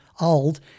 old